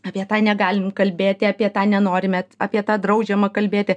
apie tą negalim kalbėti apie tą nenorime apie tą draudžiama kalbėti